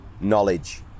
knowledge